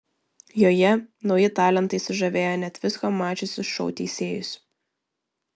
joje nauji talentai sužavėję net visko mačiusius šou teisėjus